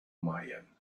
myeon